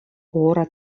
ora